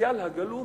הפוטנציאל הגלום